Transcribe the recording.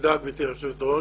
תודה גבירתי היושבת-ראש.